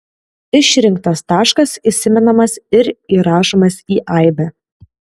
išrinktas taškas įsimenamas ir įrašomas į aibę